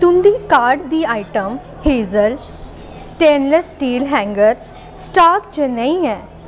तुं'दी कार्ट दी item hazel stainless steel hanger stock च नेईं ऐ